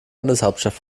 landeshauptstadt